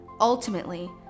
Ultimately